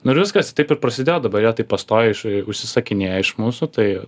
nu ir viskas i taip ir prasidėjo dabar jie taip pastoviai iš užsisakinėja iš mūsų tai